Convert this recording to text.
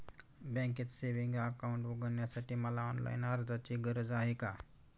बँकेत savings account उघडण्यासाठी मला ऑनलाईन अर्जाची गरज आहे का?